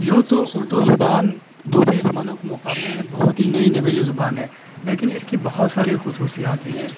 یوں تو اردو زبان دوسری زبانوں کے مقابلے میں بہت ہی نئی نویلی زبان ہے لیکن اس کی بہت ساری خصوصیات بھی ہیں